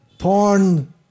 Porn